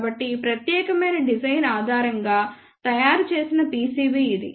కాబట్టి ఈ ప్రత్యేకమైన డిజైన్ ఆధారంగా తయారు చేసిన PCB ఇది